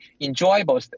enjoyable